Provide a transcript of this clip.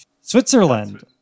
Switzerland